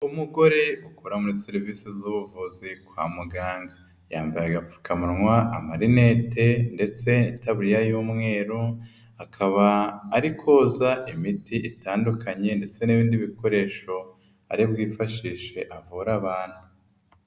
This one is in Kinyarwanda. Umugore ukora muri serivisi z'ubuvuzi kwa muganga, yambaye agapfukamunwa amarinete, ndetse n'itaburiya y'umweru, akaba ari koza imiti itandukanye ndetse n'ibindi bikoresho ari bwifashishe avura abantu.